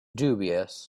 dubious